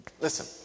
Listen